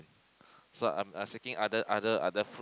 so I'm I'm seeking other other other fruit